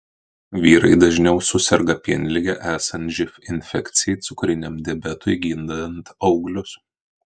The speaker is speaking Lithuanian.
vyrai dažniau suserga pienlige esant živ infekcijai cukriniam diabetui gydant auglius